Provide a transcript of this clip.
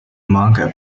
manga